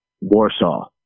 Warsaw